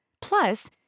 Plus